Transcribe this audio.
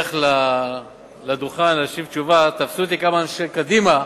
בדרך לדוכן תפסו אותי כמה אנשי קדימה,